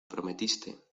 prometiste